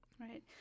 Right